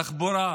תחבורה,